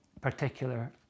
particular